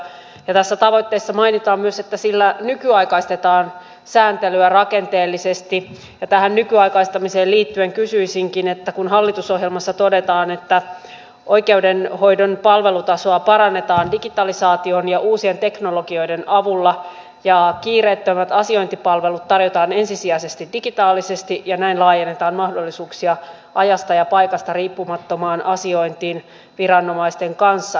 tässä tavoitteessa mainitaan myös että sillä nykyaikaistetaan sääntelyä rakenteellisesti ja tähän nykyaikaistamiseen liittyen kysyisinkin kun hallitusohjelmassa todetaan että oikeudenhoidon palvelutasoa parannetaan digitalisaation ja uusien teknologioiden avulla ja kiireettömät asiointipalvelut tarjotaan ensisijaisesti digitaalisesti ja näin laajennetaan mahdollisuuksia ajasta ja paikasta riippumattomaan asiointiin viranomaisten kanssa